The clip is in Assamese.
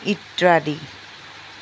ইত্যাদি